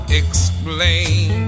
explain